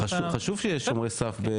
חשוב שיהיה שומרי סף.